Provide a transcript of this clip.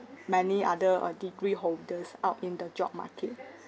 many other uh degree holders out in the job market